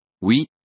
Oui